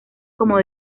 como